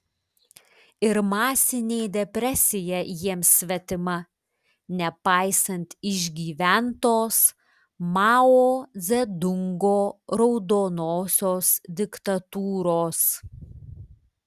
ir masinė depresija jiems svetima nepaisant išgyventos mao dzedungo raudonosios diktatūros